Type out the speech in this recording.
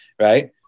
right